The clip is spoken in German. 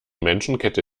menschenkette